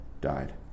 died